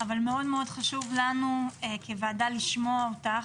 אך מאוד חשוב לנו כוועדה לשמוע אותך,